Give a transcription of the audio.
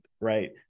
right